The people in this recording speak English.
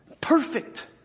perfect